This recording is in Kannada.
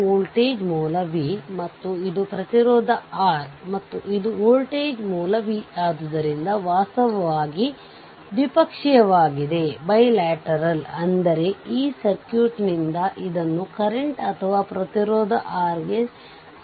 ಅದನ್ನು ಹೇಗೆ ಪಡೆಯುವುದು ಎಂದು ತಿಳಿದುಕೊಳ್ಳಬೇಕು ಮತ್ತು ಸ್ವತಂತ್ರ ಮೂಲಗಳನ್ನು ಆಫ್ ಮಾಡಿದಾಗ RThevenin ಟರ್ಮಿನಲ್ನಲ್ಲಿ ಇನ್ಪುಟ್ ಅಥವಾ ಸಮಾನ ಪ್ರತಿರೋಧವಾಗಿರುತ್ತದೆ